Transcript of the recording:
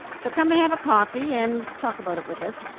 so come and have a coffee and talk about it with us.